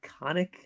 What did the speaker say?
iconic